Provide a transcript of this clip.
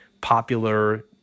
popular